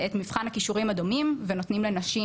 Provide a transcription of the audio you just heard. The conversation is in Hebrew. את מבחן הכישורים הדומים ונותנים לנשים